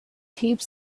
heaps